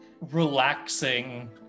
relaxing